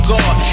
God